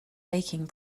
baking